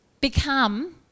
become